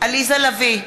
עליזה לביא,